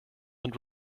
and